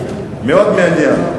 מאוד מעניין.